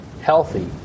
healthy